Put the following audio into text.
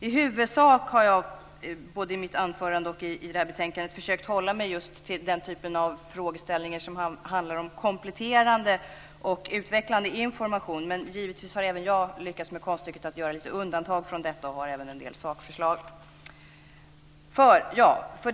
I huvudsak har jag försökt hålla mig till den typ av frågeställningar som handlar om kompletterande och utvecklande information, men givetvis har även jag lyckats med konststycket att göra undantag från detta och har en del sakförslag.